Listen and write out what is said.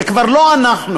זה כבר לא אנחנו.